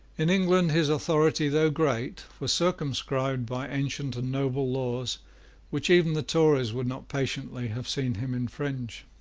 in england his authority, though great, was circumscribed by ancient and noble laws which even the tories would not patiently have seen him infringe.